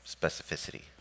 specificity